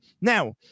Now